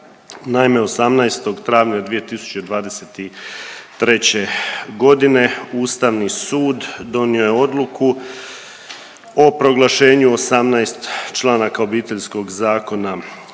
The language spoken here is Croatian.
Naime, 18. travnja 2023. g. Ustavni sud donio je odluku o proglašenju 18 članaka Obiteljskog zakona